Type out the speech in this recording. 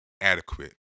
adequate